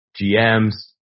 GMs